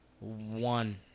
one